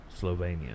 Slovenia